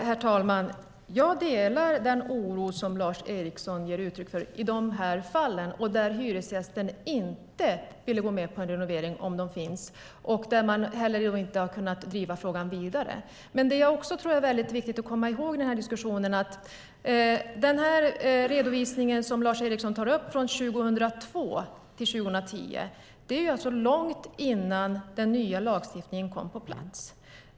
Herr talman! Jag delar den oro som Lars Eriksson ger uttryck för i de här fallen, där hyresgästen inte vill gå med på en renovering och heller inte har kunnat driva frågan vidare. Men det är också väldigt viktigt att komma ihåg att den redovisning som Lars Eriksson tar upp gäller 2002-2010. Det är långt innan den nya lagstiftningen kom på plats.